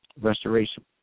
restoration